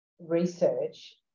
research